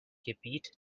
gebiet